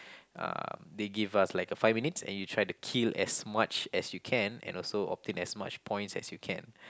um they give us like a five minutes and you try kill as much as you can and also obtain as much points as you can